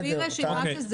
נביא רשימה.